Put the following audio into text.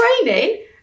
training